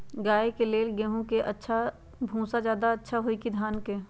गाय के ले गेंहू के भूसा ज्यादा अच्छा होई की धान के?